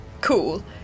cool